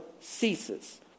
ceases